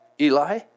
Eli